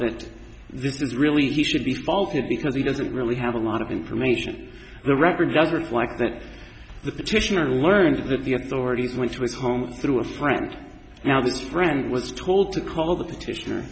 that this is really he should be faulted because he doesn't really have a lot of information the record judgments like that the petitioner learns that the authorities went to a home through a friend now this friend was told to call the petitioner